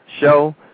show